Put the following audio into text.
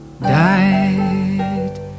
Died